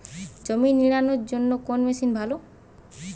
জমি নিড়ানোর জন্য কোন মেশিন ভালো?